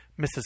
Mrs